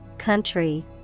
country